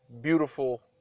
beautiful